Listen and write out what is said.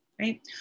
right